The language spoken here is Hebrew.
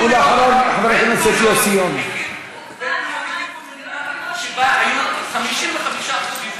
כי אני רוצה מדינה יהודית ודמוקרטית.